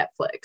Netflix